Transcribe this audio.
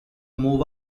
move